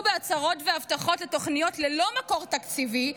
בהצהרות והבטחות לתוכניות ללא מקור תקציבי,